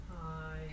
Hi